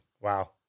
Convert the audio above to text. Wow